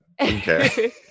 okay